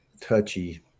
touchy